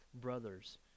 brothers